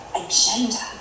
agenda